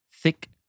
thick